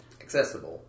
Accessible